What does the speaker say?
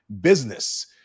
business